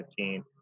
2015